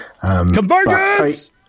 Convergence